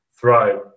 thrive